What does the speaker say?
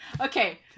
Okay